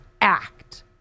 act